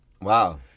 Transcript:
Wow